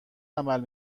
عمل